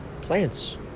plants